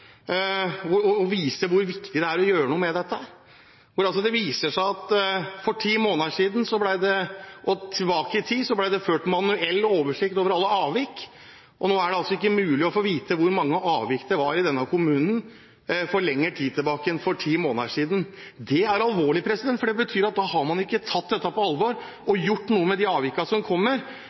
og vise hvor viktig det er å gjøre noe med dette. Det viser seg at ti måneder tilbake i tid ble det ført manuell oversikt over alle avvik, og nå er det altså ikke mulig å få vite hvor mange avvik det var i denne kommunen for lengre tid siden enn ti måneder. Det er alvorlig, for det betyr at da har man ikke tatt dette på alvor og gjort noe med de avvikene som kommer.